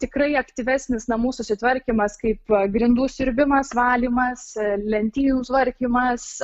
tikrai aktyvesnis namų susitvarkymas kaip va grindų siurbimas valymas lentynų tvarkymas